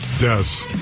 Yes